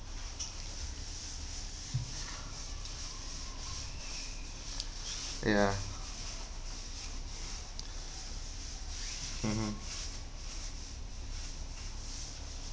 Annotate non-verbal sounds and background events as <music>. ya <breath> mmhmm